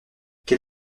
quel